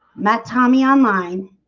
met tommy online